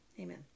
amen